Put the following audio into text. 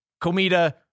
comida